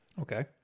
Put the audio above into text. Okay